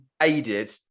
aided